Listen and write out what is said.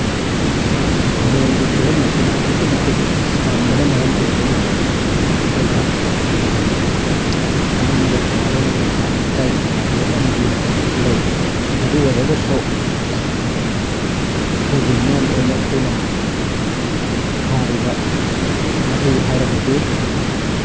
ꯅꯣꯡꯒꯤ ꯐꯤꯕꯝ ꯑꯁꯤꯅ ꯑꯗꯨꯛꯀꯤ ꯃꯇꯤꯛ ꯁꯥꯡꯕꯅ ꯃꯔꯝ ꯑꯣꯏꯗꯨꯅ ꯑꯩꯈꯣꯏꯗ ꯃꯍꯩ ꯃꯔꯣꯡ ꯊꯥꯕ ꯃꯇꯝꯗ ꯑꯀꯥꯏꯕ ꯀꯌꯥ ꯑꯃꯔꯣꯝ ꯑꯃꯗꯤ ꯂꯩ ꯑꯗꯨ ꯑꯣꯏꯔꯒꯁꯨ ꯑꯩꯈꯣꯏꯒꯤ ꯃꯦꯟ ꯑꯣꯏꯅ ꯑꯩꯈꯣꯏꯅ ꯊꯥꯔꯤꯕ ꯃꯍꯩ ꯍꯥꯏꯔꯒꯗꯤ